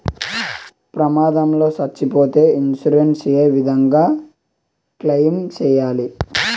ప్రమాదం లో సచ్చిపోతే ఇన్సూరెన్సు ఏ విధంగా క్లెయిమ్ సేయాలి?